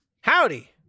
Howdy